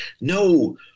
no